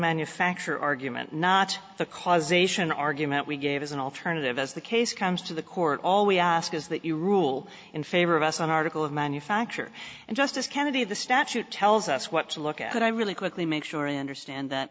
manufacture argument not the causation argument we gave as an alternative as the case comes to the court all we ask is that you rule in favor of us on article of manufacture and justice kennedy the statute tells us what to look at but i really quickly make sure in her stand that